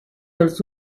els